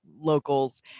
locals